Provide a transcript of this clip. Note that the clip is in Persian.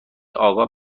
آگاه